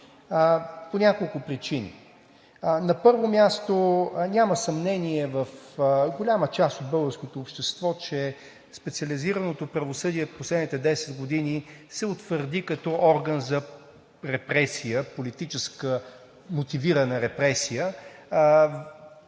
по няколко причини. Първо, няма съмнение в голяма част от българското общество, че специализираното правосъдие в последните 10 години се утвърди като орган за политическа репресия, мотивирана репресия